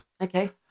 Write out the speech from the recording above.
Okay